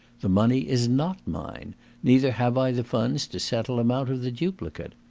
the money is not mine neither have i the funds to settle amount of the duplicate.